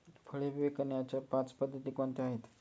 फळे विकण्याच्या पाच पद्धती कोणत्या आहेत?